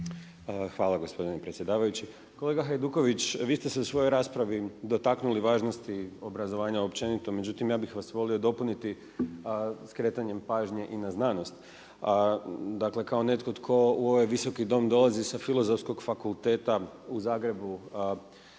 Hvala gospodine predsjedavajući. Kolega Hajduković, vi ste se u svojoj raspravi dotaknuli važnosti obrazovanja općenito, međutim ja bih vas volio dopuniti a skretanjem pažnje i na znanost dakle kao netko tko u ovaj Visoki dom dolazi sa Filozofskog fakulteta u Zagrebu,